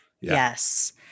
Yes